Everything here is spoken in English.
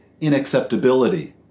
inacceptability